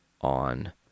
on